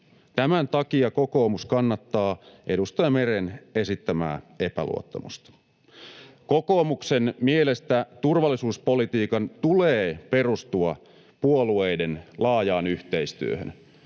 Tämän takia kokoomus kannattaa edustaja Meren esittämää epäluottamusta. Kokoomuksen mielestä turvallisuuspolitiikan tulee perustua puolueiden laajaan yhteistyöhön,